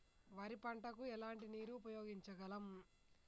వరి పంట కు ఎలాంటి నీరు ఉపయోగించగలం?